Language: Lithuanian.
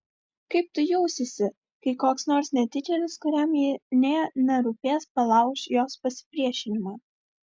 kaip tu jausiesi kai koks nors netikėlis kuriam ji nė nerūpės palauš jos pasipriešinimą